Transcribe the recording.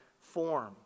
form